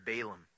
Balaam